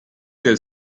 del